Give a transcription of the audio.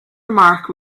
remark